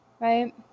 Right